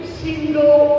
single